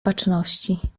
baczności